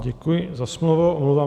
Děkuji za slovo.